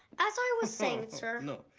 as i was saying sir. no,